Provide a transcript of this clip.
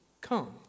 come